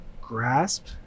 grasp